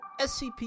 SCP